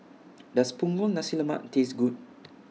Does Punggol Nasi Lemak Taste Good